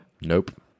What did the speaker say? Nope